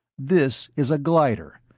this is a glider,